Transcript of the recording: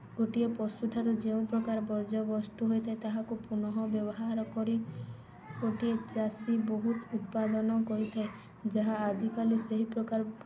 ଗୋଟିଏ ପଶୁଠାରୁ ଯେଉଁ ପ୍ରକାର ବର୍ଜ୍ୟବସ୍ତୁ ହୋଇଥାଏ ତାହାକୁ ପୁନଃବ୍ୟବହାର କରି ଗୋଟିଏ ଚାଷୀ ବହୁତ ଉତ୍ପାଦନ କରିଥାଏ ଯାହା ଆଜିକାଲି ସେହି ପ୍ରକାର